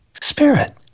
spirit